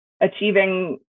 achieving